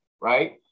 right